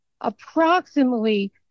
approximately